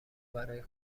برای